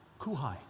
Kuhai